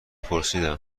پرسیدم